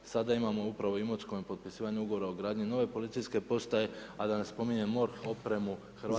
Sada imamo upravo u Imotskom potpisivanjem ugovora o gradnji nove policijske postoje, a da ne spominjem MORH, opremu … itd.